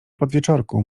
podwieczorku